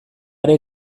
are